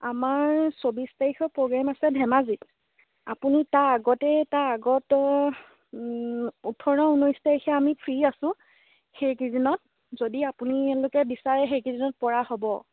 আমাৰ চৌবিছ তাৰিখে প্ৰগ্ৰেম আছে ধেমাজিত আপুনি তাৰ আগতেই তাৰ আগত ওঠৰ ঊনৈছ তাৰিখে আমি ফ্ৰি আছোঁ সেইকেইদিনত যদি আপোনালোকে বিচাৰে সেইকেইদিনত পৰা হ'ব